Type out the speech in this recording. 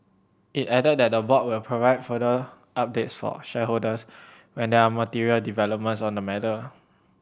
it added that the board will provide further updates for shareholders when there are material developments on the matter